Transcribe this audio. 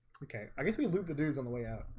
okay, i guess we loop the dudes on the way out.